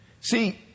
See